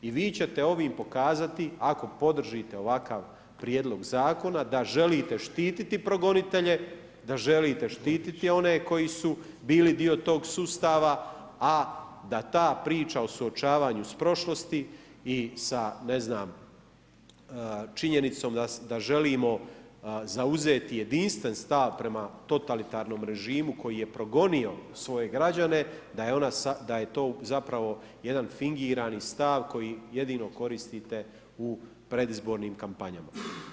I vi ćete ovim pokazati, ako podržite ovakav Prijedlog Zakona da želite štititi progonitelje, da želite štititi one koji su bili dio tog sustava, a da ta priča o suočavanju s prošlosti i sa ne znam, činjenicom da želimo zauzeti jedinstven stav prema totalitarnom režimu koji je progonio svoje građane, da je to zapravo jedan fingirani stav koji jedino koristite u predizbornim kampanjama.